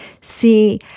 see